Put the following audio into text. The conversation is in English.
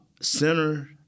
center